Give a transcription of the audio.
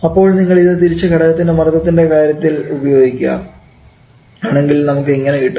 അപ്പോൾ നിങ്ങൾ ഇത് തിരിച്ച് ഘടകത്തിൻറെ മർദ്ദത്തിൻറെ കാര്യത്തിൽ ഉപയോഗിക്കുക ആണെങ്കിൽ നമുക്ക് ഇങ്ങനെ കിട്ടും